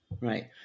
Right